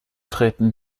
treten